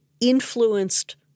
influenced